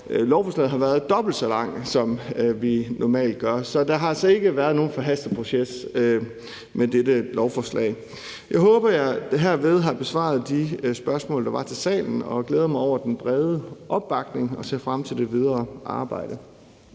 lovforslaget, som har været dobbelt så lang, som den normalt er. Så der har altså ikke været nogen forhastet proces i forbindelse med dette lovforslag. Jeg håber, at jeg herved har besvaret de spørgsmål, der var i salen, og jeg glæder mig over den brede opbakning og ser frem til det videre arbejde.